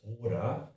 order